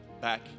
back